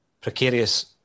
precarious